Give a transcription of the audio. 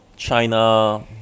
China